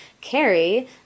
Carrie